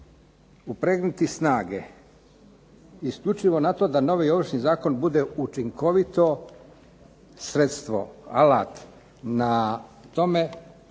upregnuti snage isključivo na to da novi Ovršni zakon bude učinkovito sredstvo, alat na tome